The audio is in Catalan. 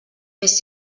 fes